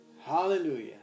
Hallelujah